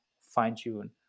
fine-tune